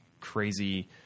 crazy